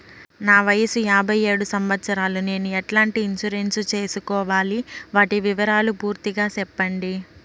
నా వయస్సు యాభై ఏడు సంవత్సరాలు నేను ఎట్లాంటి ఇన్సూరెన్సు సేసుకోవాలి? వాటి వివరాలు పూర్తి గా సెప్పండి?